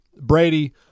brady